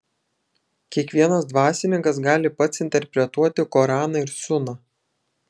kiekvienas dvasininkas gali pats interpretuoti koraną ir suną